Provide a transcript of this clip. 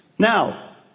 Now